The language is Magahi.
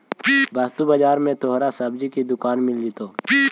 वस्तु बाजार में तोहरा सब्जी की दुकान मिल जाएतो